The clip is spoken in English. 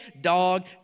dog